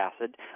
acid